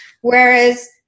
Whereas